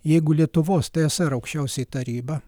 jeigu lietuvos tsr aukščiausioji taryba